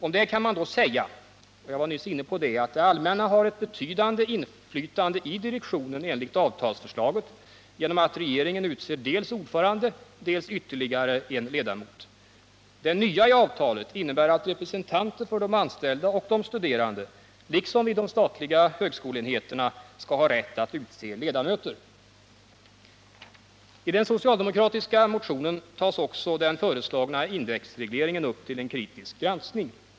Om detta kan man säga — jag var —; Stockholm nyss inne på detta — att det allmänna har ett betydande inflytande i direktionen enligt avtalsförslaget genom att regeringen utser dels ordförande, dels ytterligare en ledamot. Det nya i avtalet innebär att representanter för de anställda och de studerande liksom vid de statliga högskoleenheterna — skall ha rätt att utse ledamöter. I den socialdemokratiska motionen tas också den föreslagna indexregleringen upp till en kritisk granskning.